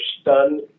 stunned